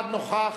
אחד נוכח.